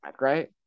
right